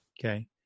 Okay